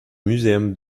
muséum